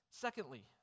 Secondly